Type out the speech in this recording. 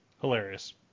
Hilarious